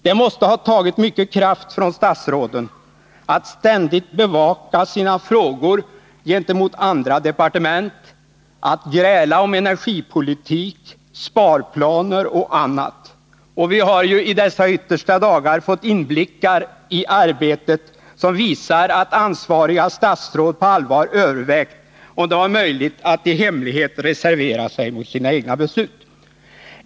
Det måste ha tagit mycket kraft från statsråden att ständigt bevaka sina frågor gentemot andra departement, att gräla om energipolitik, sparplaner och annat. Vi har juidessa yttersta dagar fått inblickar i arbetet som visar att ansvariga statsråd på allvar övervägt om det var möjligt att i hemlighet reservera sig mot sina egna beslut.